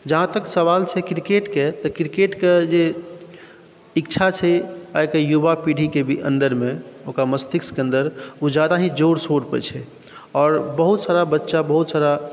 जहाँ तक सवाल छै किरकेटके तऽ किरकेट जे इच्छा छै आइके युवा पीढ़ीके भी अन्दरमे ओकर मस्तिष्कके अन्दर ओ ज्यादा ही जोर शोरपर छै आओर बहुत सारा बच्चा बहुत सारा